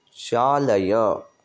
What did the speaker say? चालय